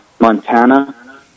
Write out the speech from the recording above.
Montana